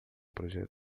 projeto